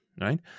right